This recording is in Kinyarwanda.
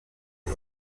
isi